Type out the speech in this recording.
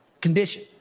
condition